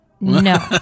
No